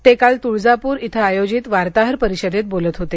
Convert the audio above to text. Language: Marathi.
ते काल तुळजाप्र इथं आयोजित वार्ताहर परिषदेत बोलत होते